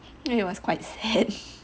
then it was quite sad